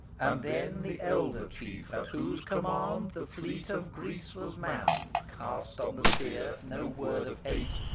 and then the elder chief, at whose command the fleet of greece was manned, cast on the seer no word of hate,